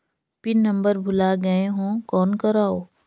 Pin number भुला गयें हो कौन करव?